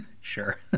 Sure